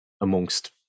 amongst